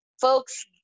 folks